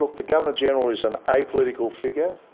the governor general is an apolitical figure.